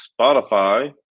Spotify